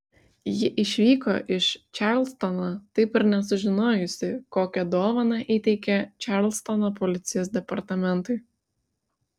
ji išvyko iš čarlstono taip ir nesužinojusi kokią dovaną įteikė čarlstono policijos departamentui